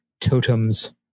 totems